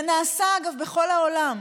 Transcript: אגב, זה נעשה בכל העולם.